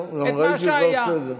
לא, אני, עכשיו,